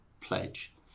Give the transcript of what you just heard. pledge